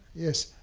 yes.